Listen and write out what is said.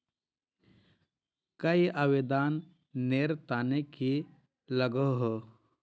कोई आवेदन नेर तने की लागोहो?